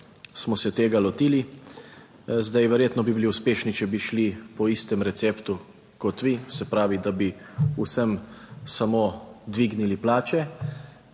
smo se tega lotili. Zdaj, verjetno bi bili uspešni, če bi šli po istem receptu kot vi, se pravi, da bi vsem samo dvignili plače.